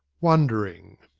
wondering.